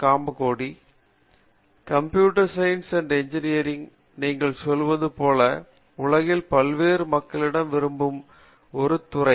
Kamakoti computer science and engineering நீங்கள் சொல்வது போல உலகில் பல்வேறு மக்கள் விரும்பும் ஒரு துறை